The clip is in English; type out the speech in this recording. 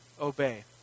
obey